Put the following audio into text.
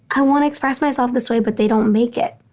i want to express myself this way, but they don't make it.